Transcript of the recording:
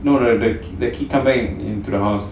no the the the kids come back into the house